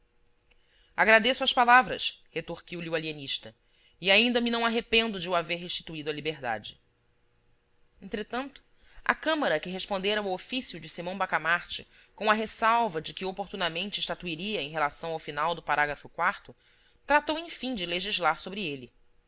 agradeço as suas palavras retorquiu lhe o alienista e ainda me não arrependo de o haver restituído à liberdade entretanto a câmara que respondera o ofício de simão bacamarte com a ressalva de que oportunamente estatuiria em relação ao final do tratou enfim de legislar sobre ele